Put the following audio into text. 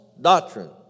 doctrine